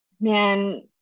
man